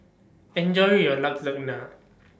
Enjoy your Lasagna